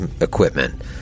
equipment